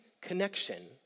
connection